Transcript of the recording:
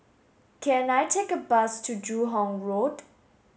can I take a bus to Joo Hong Road